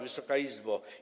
Wysoka Izbo!